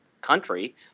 country